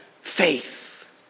faith